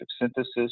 synthesis